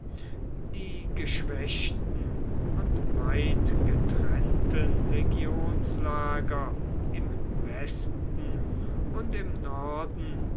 die geschwächten und weitgetrennten legionslager im westen und im norden